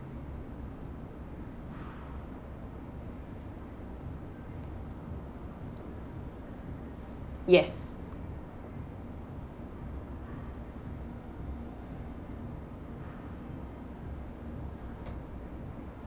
yes